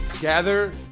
gather